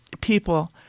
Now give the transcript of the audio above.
people